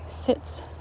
sits